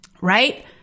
right